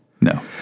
No